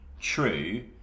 true